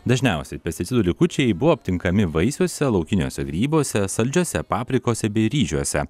dažniausiai pesticidų likučiai buvo aptinkami vaisiuose laukiniuose grybuose saldžiose paprikose bei ryžiuose